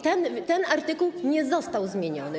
Ten artykuł nie został zmieniony.